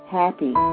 happy